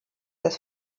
des